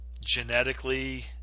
genetically